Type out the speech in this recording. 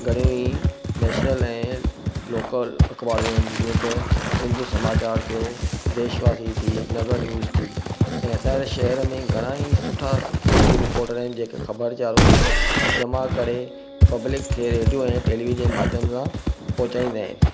घणियूं ई नेशनल ऐं लोकल अख़बारूं आहिनि जीअं त सिंधु समाचार थियो देशवासी थी नगर न्यूज़ थी ऐं असांजे शहर में घणाई सुठा सिंधी रिपोर्टर आहिनि जेके ख़बरचारूं जमा करे पब्लिक खे रेडियो ऐं टेलीविज़न जे माध्यम सां पहुचाईंदा आहिनि